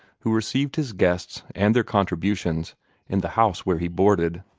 who received his guests and their contributions in the house where he boarded.